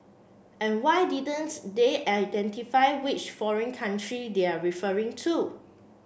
and why didn't they identify which foreign country they're referring to